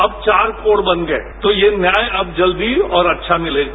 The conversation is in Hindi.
अब चार कोण बन गये तो यह न्याय अब जल्दी और अच्छा मिलेगा